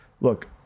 look